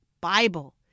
Bible